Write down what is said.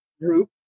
Group